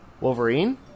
Wolverine